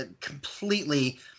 completely